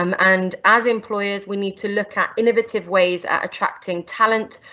um and as employers we need to look at innovative ways at attracting talent,